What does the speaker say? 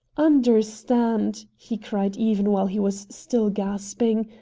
understand! he cried even while he was still gasping,